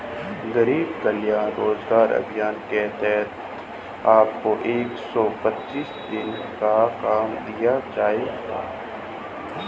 गरीब कल्याण रोजगार अभियान के तहत आपको एक सौ पच्चीस दिनों का काम दिया जाएगा